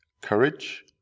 Courage